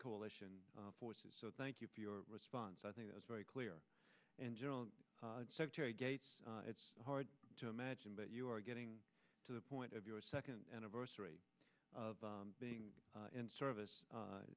coalition forces so thank you for your response i think it was very clear in general and secretary gates it's hard to imagine but you are getting to the point of your second anniversary of being in service